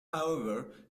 however